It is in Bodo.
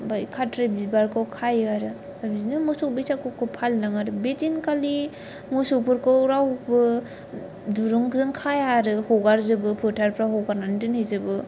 आमफ्राय खाथ्रि बिबारखौ खायो आरो बिदिनो मोसौ बैसागुखौ फालियो आरो बेदिनखालि मोसौफोरखौ रावबो दुरुंजों खाया आरो हगारजोबो फोथारफ्राव हगारनानै दोनहैजोबो